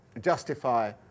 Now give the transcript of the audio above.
justify